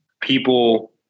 people